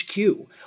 HQ